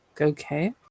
okay